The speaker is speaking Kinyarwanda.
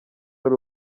ari